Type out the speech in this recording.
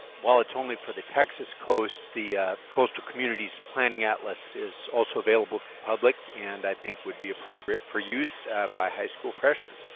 while it's only for the texas coast, the coastal communities planning atlas is also available to public and i think would be appropriate for use by high school freshman.